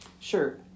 Sure